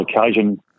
occasion